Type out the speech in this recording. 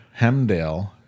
Hemdale